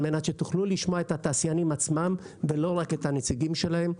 על מנת שתוכלו לשמוע את התעשיינים עצמם ולא רק את הנציגים שלהם.